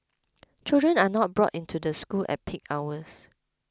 children are not brought into the school at peak hours